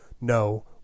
no